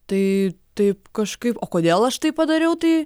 tai taip kažkaip o kodėl aš tai padariau tai